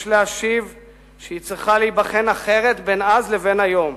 יש להשיב שהיא צריכה להיבחן אחרת בין אז לבין היום.